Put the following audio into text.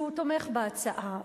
שהוא תומך בהצעה.